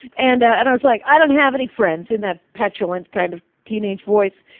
and and i was like, i don't have any friends, in that petulant kind of teenage voice.